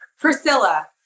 priscilla